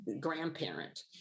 grandparent